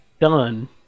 done